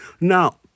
Now